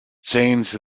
change